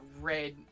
red